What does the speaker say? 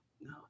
no